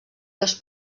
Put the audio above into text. dos